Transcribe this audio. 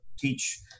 teach